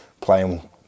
playing